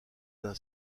d’un